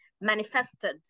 manifested